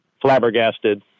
Flabbergasted